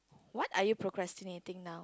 what are you procrastinating now